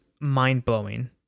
mind-blowing